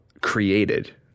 created